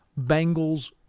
Bengals